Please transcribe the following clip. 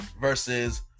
versus